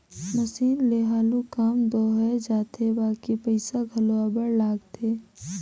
machine ले हालु काम दो होए जाथे बकि पइसा घलो अब्बड़ लागथे